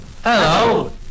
Hello